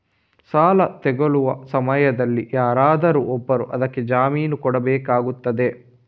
ಸಾಲ ತೆಗೊಳ್ಳುವ ಸಮಯದಲ್ಲಿ ಯಾರಾದರೂ ಒಬ್ರು ಅದಕ್ಕೆ ಜಾಮೀನು ಕೊಡ್ಬೇಕಾಗ್ತದೆ